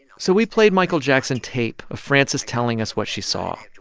so we played michael jackson tape of frances telling us what she saw,